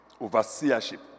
overseership